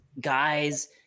guys